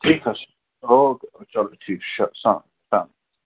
ٹھیٖک حظ چھُ اوکے چلو ٹھیٖک چھُ